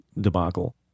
debacle